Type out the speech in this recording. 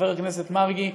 חבר הכנסת מרגי.